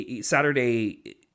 Saturday